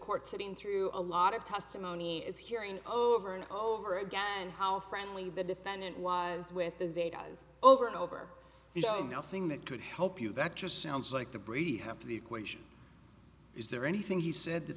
court sitting through a lot of testimony is hearing over and over again how friendly the defendant was with the zetas over and over so you know nothing that could help you that just sounds like the brady half of the equation is there anything he said that